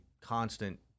constant